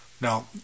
Now